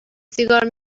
سیگار